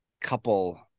couple